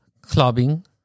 clubbing